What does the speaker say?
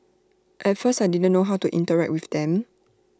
at first I didn't know how to interact with them